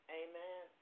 amen